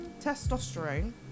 testosterone